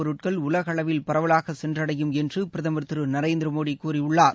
பொருட்கள் உலக அளவில் பரவலாகச் சென்றடையும் என்று பிரதமர் திரு நரேந்திர மோடி கூறியுள்ளார்